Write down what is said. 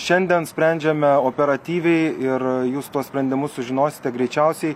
šiandien sprendžiame operatyviai ir jūs tuos sprendimus sužinosite greičiausiai